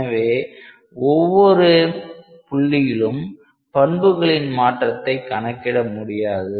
எனவே ஒவ்வொரு புள்ளியிலும் பண்புகளின் மாற்றத்தை கணக்கிட முடியாது